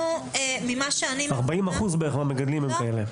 כ-40% מהמגדלים הם כאלה.